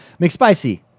McSpicy